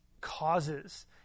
causes